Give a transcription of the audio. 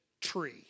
tree